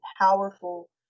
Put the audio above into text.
powerful